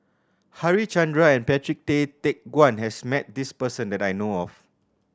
Harichandra and Patrick Tay Teck Guan has met this person that I know of